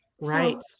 Right